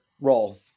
role